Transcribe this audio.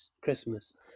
Christmas